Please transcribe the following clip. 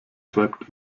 treibt